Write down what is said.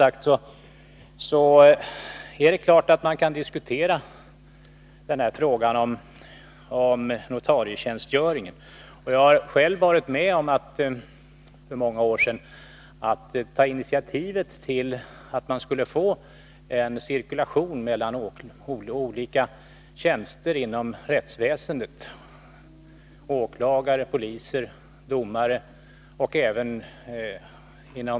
Så till sakfrågan: Det är klart att man kan diskutera notarietjänstgöringen. Jag var för många år sedan själv med om att ta initiativet till en cirkulation mellan olika tjänster inom rättsväsendet. Det gällde åklagare, poliser, domare och även